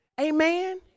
Amen